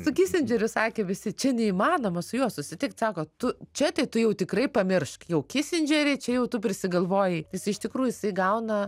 su kisindžeriu sakė visi čia neįmanoma su juo susitikti sako tu čia tai tu jau tikrai pamiršk jau kisindžerį čia jau tu persigalvojai jis iš tikrųjų jisai gauna